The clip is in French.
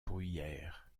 bruyères